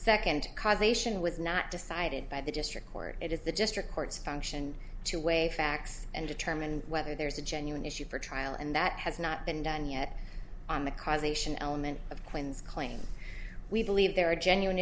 second causation was not decided by the district court it is the district court's function to weigh facts and determine whether there is a genuine issue for trial and that has not been done yet on the causation element of quinn's claim we believe there are genuine